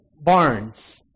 barns